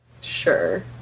Sure